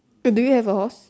do you have a horse